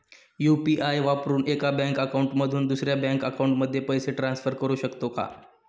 UPI वापरून एका bank account मधून दुसऱ्या बँक अकाउंटमध्ये पैसे ट्रान्सफर करू शकतो का?